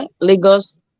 Lagos